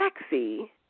Sexy